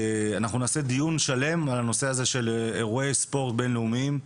אנחנו נקיים דיון שלם על הנושא של אירועי ספורט בינלאומיים.